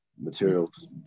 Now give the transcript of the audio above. materials